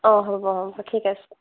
অঁ হ'ব হ'ব ঠিক আছে